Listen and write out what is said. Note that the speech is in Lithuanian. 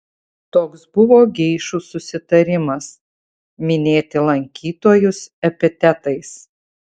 toks buvo geišų susitarimas minėti lankytojus epitetais